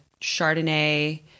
Chardonnay